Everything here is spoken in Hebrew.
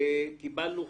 קיבלנו,